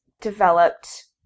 developed